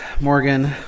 Morgan